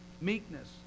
meekness